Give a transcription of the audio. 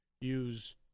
use